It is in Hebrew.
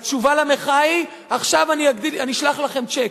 התשובה למחאה היא: עכשיו אני אשלח לכם צ'ק,